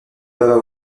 peuvent